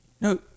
No